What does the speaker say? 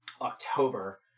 October